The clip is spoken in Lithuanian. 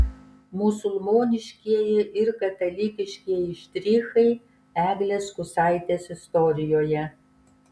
musulmoniškieji ir katalikiškieji štrichai eglės kusaitės istorijoje